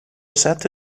set